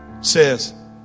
says